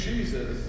Jesus